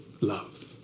love